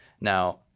Now